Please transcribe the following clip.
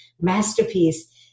masterpiece